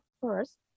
first